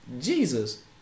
Jesus